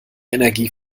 energie